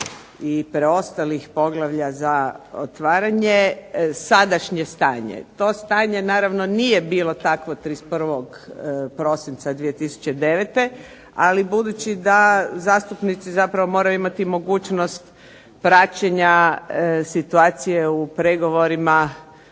i preostalih poglavlja za otvaranje sadašnje stanje. To stanje, naravno, nije bilo takvo 31. prosinca 2009., ali budući da zastupnici zapravo moraju imati mogućnost praćenja situacije u pregovorima